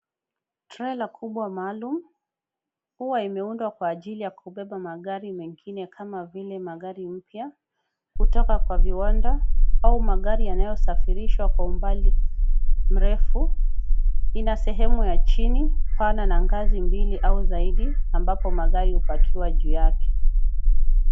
Trela kubwa maalum huwa imeundwa kwa ajili ya kubeba magari mengine kama vile magari mpya kutoka kwa viwanda au magari yanayosafirishwa kwa umbali mrefu. Ina sehemu ya chini sana na ngazi mbili au zaidi ambapo magari hupackiwa juu yake.